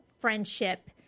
friendship